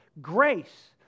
grace